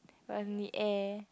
from the air